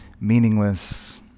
meaningless